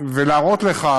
ולהראות לך